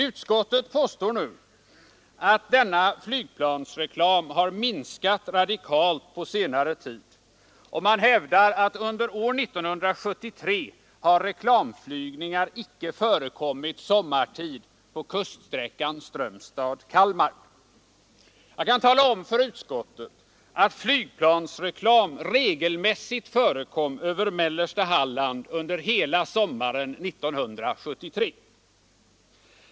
Utskottet påstår nu att denna flygplansreklam har minskat radikalt på senare tid, och man hävdar att under år 1973 har reklamflygningar icke förekommit sommartid på kuststräckan Strömstad—Kalmar. Jag kan tala om för utskottet att flygplansreklam regelmässigt förekom över mellersta Halland under hela sommaren 1973.